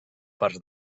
parts